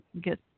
get